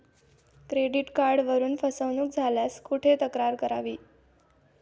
Credit कार्डवरून फसवणूक झाल्यास कुठे तक्रार करावी?